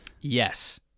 Yes